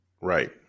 right